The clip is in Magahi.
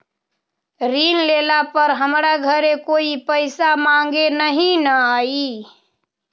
ऋण लेला पर हमरा घरे कोई पैसा मांगे नहीं न आई?